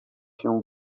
się